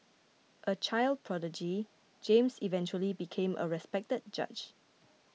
a child prodigy James eventually became a respected judge